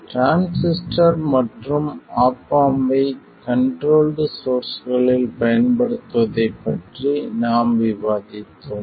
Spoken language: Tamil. டிரான்சிஸ்டர் மற்றும் ஆப் ஆம்ப் ஐ கண்ட்ரோல்ட் சோர்ஸ்களில் பயன்படுத்துவதைப் பற்றி நாம் விவாதித்தோம்